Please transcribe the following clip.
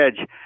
Edge